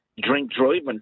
drink-driving